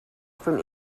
from